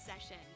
Session